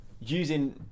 using